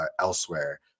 elsewhere